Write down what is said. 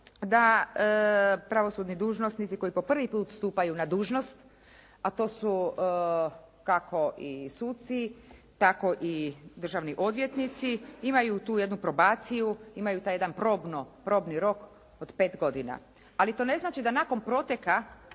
da pravosudni dužnosnici koji po prvi put stupaju na dužnost, a to su kako i suci, tako i državni odvjetnici imaju tu jednu probaciju, imaju taj jedan probni rok od 5 godina, ali to ne znači da nakon proteka